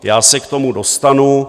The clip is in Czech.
Já se k tomu dostanu.